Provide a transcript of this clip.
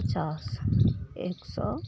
पचास एक सओ